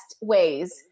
ways